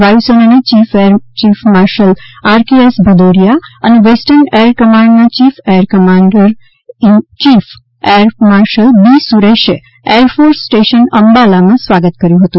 વાયુસેનાના યીફ air chief marshal R K S Bhadauria અને વેસ્ટર્ન એર કમાન્ડના chief air commander in chief air marshal B સુરેશે air force station અંબાલામાં સ્વાગત કર્યું હતું